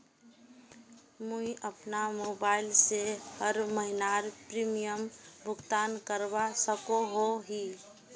मुई अपना मोबाईल से हर महीनार प्रीमियम भुगतान करवा सकोहो ही?